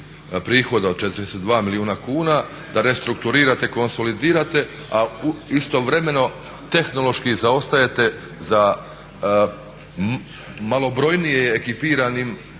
prihoda od 42 milijuna kuna, da restrukturirate, konsolidirate a istovremeno tehnološki zaostajete za malobrojnije ekipiranim